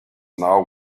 now